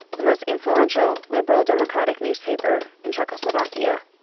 the most influential liberal-democratic newspaper in czechoslovakia.